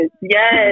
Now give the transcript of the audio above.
Yes